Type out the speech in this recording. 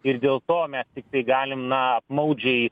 ir dėl to mes tiktai galim na apmaudžiai